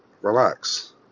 relax